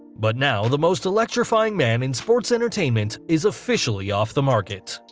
but now the most electrifying man in sports entertainment is officially off the market.